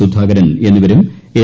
സുധാകരൻ എന്നിവരും എൽ